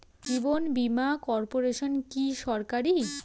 জীবন বীমা কর্পোরেশন কি সরকারি?